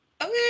Okay